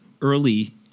early